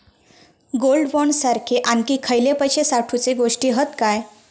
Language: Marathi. गोल्ड बॉण्ड सारखे आणखी खयले पैशे साठवूचे गोष्टी हत काय?